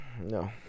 No